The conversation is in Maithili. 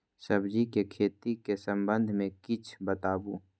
सब्जी के खेती के संबंध मे किछ बताबू?